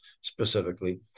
specifically